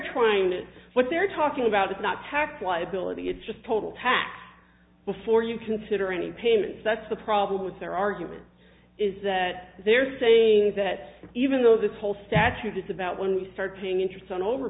trying to what they're talking about is not tax liability it's just total tax before you consider any payments that's the problem with their argument is that they're saying that even though this whole statute is about when you start paying interest on over